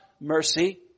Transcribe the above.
mercy